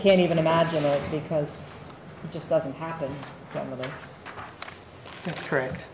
can't even imagine it because it just doesn't happen that's correct